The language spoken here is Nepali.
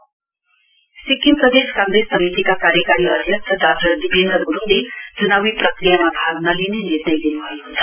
एसपीसीसी सिक्किकम प्रदेश काँग्रेस समितिका कार्याकारी आध्यक्ष डाक्टर दीपेन्द्र गुरुङले चुनावी प्रक्रियामा भाग नलिने निर्णय लिनुभएको छ